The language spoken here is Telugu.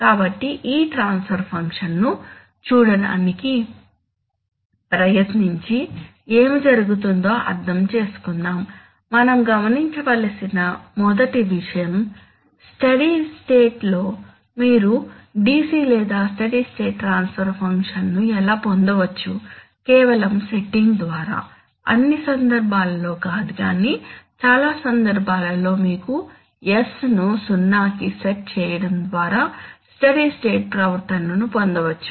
కాబట్టి ఈ ట్రాన్స్ఫర్ ఫంక్షన్ను చూడటానికి ప్రయత్నించి ఏమి జరుగుతుందో అర్థం చేసుకుందాం మనం గమనించ వెలిసిన మొదటి విషయం స్టడీ స్టేట్ లో మీరు DC లేదా స్టడీ స్టేట్ ట్రాన్స్ఫర్ ఫంక్షన్ను ఎలా పొందవచ్చు కేవలం సెట్టింగ్ ద్వారా అన్ని సందర్భాల్లో కాదు కానీ చాలా సందర్భాలలో మీరు s ను 0 కి సెట్ చేయడం ద్వారా స్టడీ స్టేట్ ప్రవర్తనను పొందవచ్చు